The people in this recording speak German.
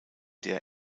der